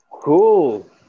Cool